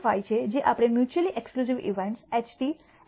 25 છે જે આપણે મ્યૂચૂઅલી એક્સક્લૂસિવ ઈવેન્ટ્સ HT